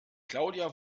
claudia